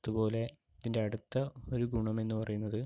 അതുപോലെ ഇതിൻ്റെ അടുത്ത ഒരു ഗുണമെന്നു പറയുന്നത്